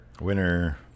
winner